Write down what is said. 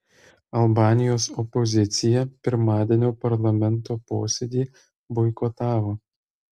albanijos opozicija pirmadienio parlamento posėdį boikotavo